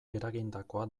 eragindakoa